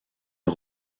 est